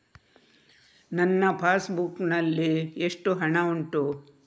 ನನ್ನ passbook ನಲ್ಲಿ ಎಷ್ಟು ಹಣ ಉಂಟು?